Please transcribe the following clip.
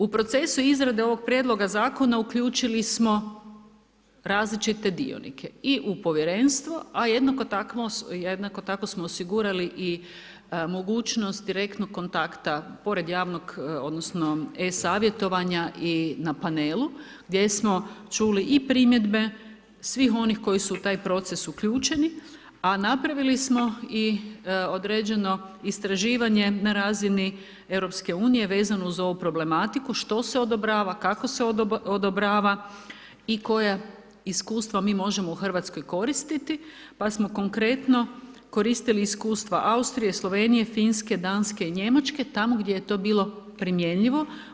U procesu izrade ovog prijedloga zakona uključili smo različite dionike i u povjerenstvo a jednako tako, jednako tako smo osigurali i mogućnost direktnog kontakta pored javnog odnosno e-savjetovanja i na panelu gdje smo čuli i primjedbe svih onih koji su u taj proces uključeni, a napravili smo i određeno istraživanje na razini Europske unije vezano uz ovu problematiku, što se odobrava, kako se odobrava i koja iskustva mi možemo u Hrvatskoj koristiti, pa smo konkretno koristili iskustva Austrije, Slovenije, Finske, Danske i Njemačke tamo gdje je to bilo primjenjivo.